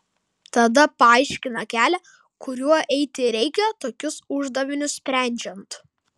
tada paaiškina kelią kuriuo eiti reikia tokius uždavinius sprendžiant